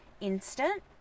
instant